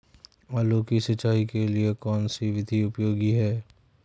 आलू की सिंचाई के लिए कौन सी विधि उपयोगी है?